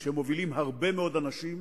שמובילים הרבה מאוד אנשים,